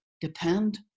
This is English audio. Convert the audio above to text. depend